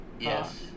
Yes